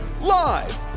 Live